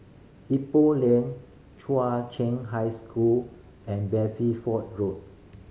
Ipoh Lane Chua Chen High School and Road